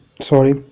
sorry